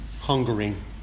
hungering